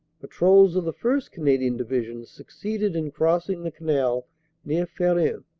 patrols of the first. canadian division succeeded in cross ing the canal near ferin,